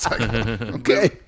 Okay